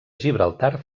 gibraltar